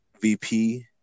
VP